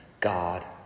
God